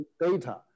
data